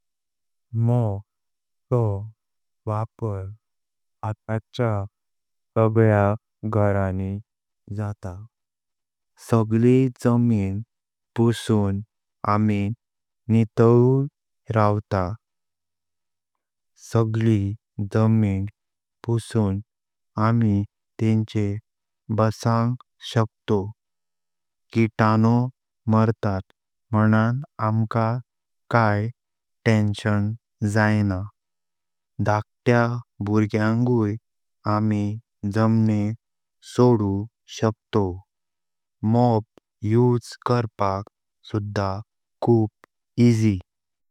मोफ चो वापर आताच्या सगळ्या घरानी जाता। सगळी जमीन पुसून आमी नितळोवर रहतोव। सगळी जमीन पुसून आमी तेचर बसंग शक्तोव, किताणो मारतात मणण आमका काये टेन्शन जाइना। धाकत्या भुर्ग्यांगय आमी झामनीर सोडू शक्तोव। मोफ उसें करपाक सुधा खूप इजी।